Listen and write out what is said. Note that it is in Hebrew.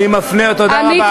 דני, הגזמת לגמרי.